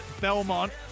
Belmont